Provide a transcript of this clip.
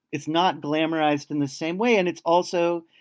it's not glamorized in the same way and it's also